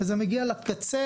זה מגיע לקצה,